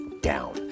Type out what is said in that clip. down